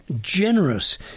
generous